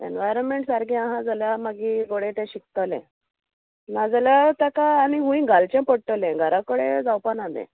environment सारकें आहा जाल्यार मागीर गोडे तें शिकतलें नाजाल्या ताका आनी हूंय घालचें पडटलें घरा कडेन जावपा ना तें